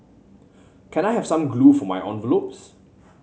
can I have some glue for my envelopes